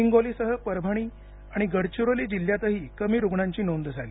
हिंगोलीसह परभणी आणि गडचिरोली जिल्ह्यातही कमी रुग्णांची नोंद झाली